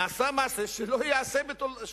נעשה מעשה שלא נעשה,